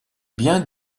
biens